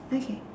okay